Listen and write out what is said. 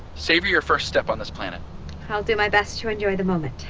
savor your first step on this planet i'll do my best to enjoy the moment